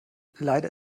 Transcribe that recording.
leider